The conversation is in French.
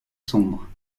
sombre